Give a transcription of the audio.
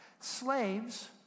Slaves